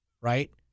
right